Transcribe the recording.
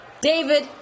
David